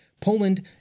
Poland